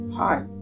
Hi